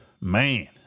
man